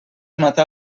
matar